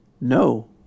No